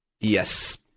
Yes